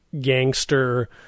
gangster